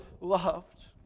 loved